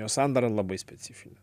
jos sandara labai specifinė